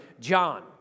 John